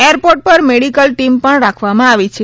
airport પર medical team પર રાખવામાં આવી છે